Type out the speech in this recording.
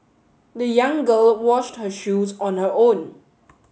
the young girl washed her shoes on her own